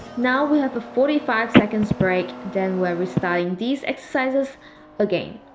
now we have a forty five seconds break, then we're restarting these exercises again